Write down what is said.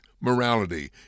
Morality